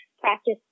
practice